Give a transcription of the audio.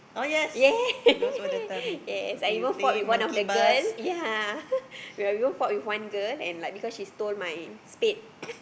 ya yes I even fought with one of the girl ya I fought with one girl because she stole one of my state